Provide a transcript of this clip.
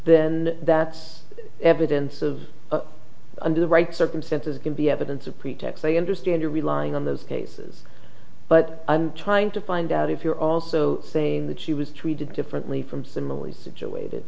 then that's evidence of under the right circumstances it can be evidence of pretext they understand you're relying on those cases but i'm trying to find out if you're also saying that she was treated differently from similarly situated